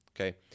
okay